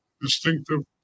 distinctive